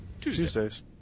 Tuesdays